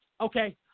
Okay